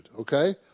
okay